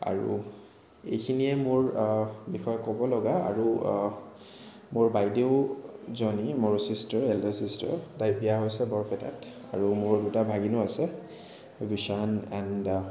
আৰু এইখিনিয়ে মোৰ বিষয়ে ক'ব লগা আৰু মোৰ বাইদেউজনী মোৰ ছিষ্টাৰ এল্ডাৰ ছিষ্টাৰ তাইৰ বিয়া হৈছে বৰপেটাত আৰু মোৰ দুটা ভাগিনো আছে বিশান এণ্ড